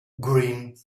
green